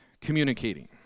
communicating